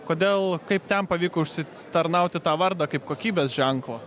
kodėl kaip ten pavyko užsitarnauti tą vardą kaip kokybės ženklą